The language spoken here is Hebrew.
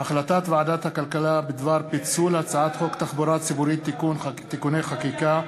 החלטת ועדת הכלכלה בדבר פיצול הצעת חוק תחבורה ציבורית (תיקוני חקיקה),